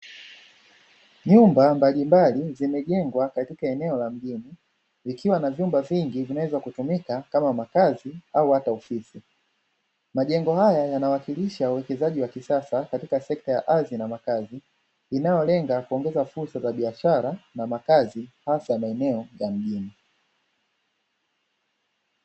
Nyumba mbalimbali zimejengwa katika eneo la mjini zikiwa na vyumba vingi vinavyoweza kutumika kama makazi au hata ofisi. Majengo haya yanawakilisha uwekezaji wa kisasa katika sekta ya ardhi na makazi, inalenga kuongeza fursa za biashara na makazi hasa maeneo ya mjini.